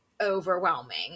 overwhelming